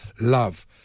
love